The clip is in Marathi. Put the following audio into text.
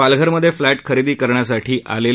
पालघरमध्ये फ्लॅट खरेदी करण्यासाठी आले